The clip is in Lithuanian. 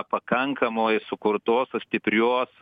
pakankamai sukurtos stiprios